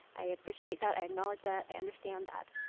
i appreciate that. i acknowledge that. i understand that.